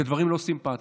זה דברים לא סימפתיים,